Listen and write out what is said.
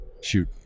Shoot